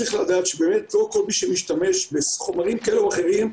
צריך לדעת שלא כל מי שמשתמש בחומרים כאלה ואחרים,